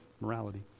morality